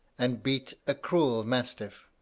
and beat a cruel mastiff